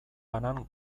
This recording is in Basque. banan